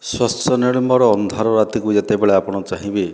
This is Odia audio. ସ୍ଵଚ୍ଛ ନିର୍ମଳ ଅନ୍ଧାର ରାତିକୁ ଯେତେବେଳେ ଆପଣ ଚାହିଁବେ